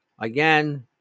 again